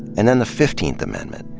and then the fifteenth amendment,